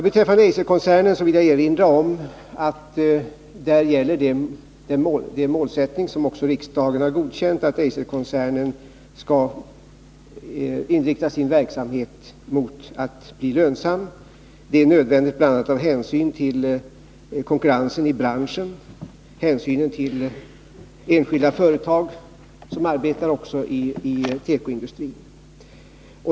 Beträffande Eiserkoncernen vill jag erinra om att det mål som också riksdagen godkänt gäller, nämligen att Eiserkoncernen skall inrikta sin verksamhet på att bli lönsam. Det är nödvändigt bl.a. med hänsyn till konkurrensen i branschen och till enskilda företag som också arbetar inom tekoindustrin.